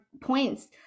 points